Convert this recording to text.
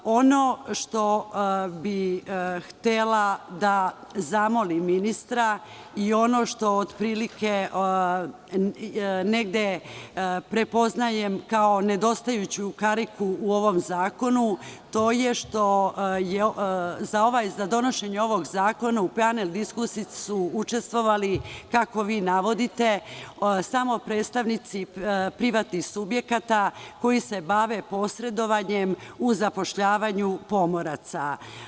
Ono što bih htela da zamolim ministra i ono što otprilike negde prepoznajem kao nedostajuću kariku u ovom zakonu, to je što je za donošenje ovog zakona, u glavnoj diskusiji su učestvovali, kako vi navodite samo predstavnici privatnih subjekata koji se bave posredovanjem uz zapošljavanje pomoraca.